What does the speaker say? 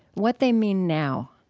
what they mean now